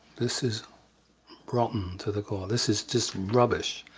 this is rotten to the core, this is just rubbish.